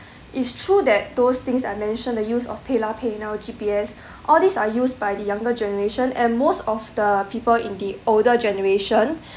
it's true that those things I mentioned the use of paylah paynow G_P_S all these are used by the younger generation and most of the people in the older generation